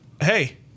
hey